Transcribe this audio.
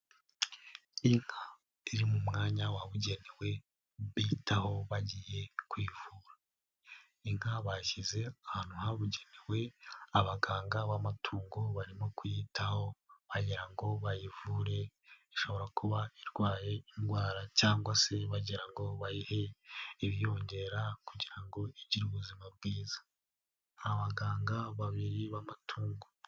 Inka iri mu mwanya wabugenewe bitaho bagiye kuyivura, inka bayishyize ahantu habugenewe abaganga b'amatungo barimo kuyitaho bagira ngo bayivure ishobora kuba irwaye indwara cyangwa se bagira ngo bayihe ibiyongera kugira ngo igire ubuzima bwiza, ni abaganga babiri b'amatungo.